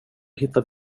hittar